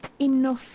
enough